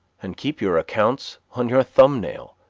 and keep your accounts on your thumb-nail.